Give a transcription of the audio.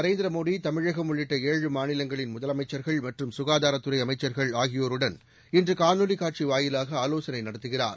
நரேந்திர மோடி தமிழகம் உள்ளிட்ட ஏழு மாநிலங்களின் முதலமைச்சர்கள் மற்றும் சுகாதாரத்துறை அமைச்சர்கள் ஆகியோருடன் இன்று காணொலிக் காட்சி வாயிலாக ஆலோசனை நடத்துகிறார்